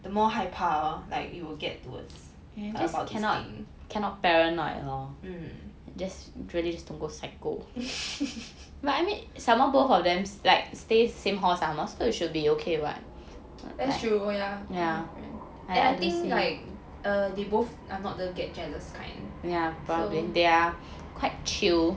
the more 害怕 lor like you will get towards about this thing um that's true oh yeah and I think like they both are the not get jealous kind so